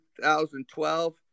2012